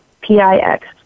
P-I-X